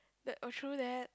that oh true that